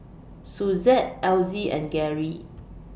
Suzette Elzy and Gary